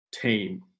team